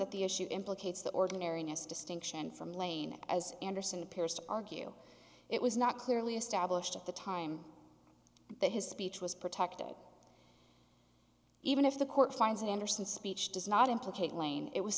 that the issue implicates the ordinariness distinction from lane as anderson appears to argue it was not clearly established at the time that his speech was protected even if the court finds it anderson speech does not implicate lane it was